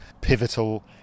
pivotal